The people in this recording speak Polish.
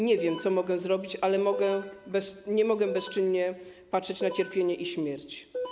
Nie wiem, co mogę zrobić, ale nie mogę bezczynnie patrzeć na cierpienie i śmierć.